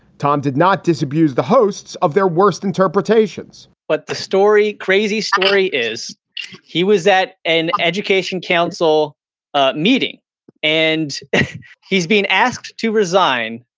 tom did not disabuse the hosts of their worst interpretations but the story crazy story is he was at an education council ah meeting and he's being asked to resign.